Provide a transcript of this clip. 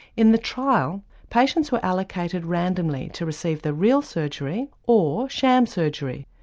in the trial patients were allocated randomly to receive the real surgery or sham surgery.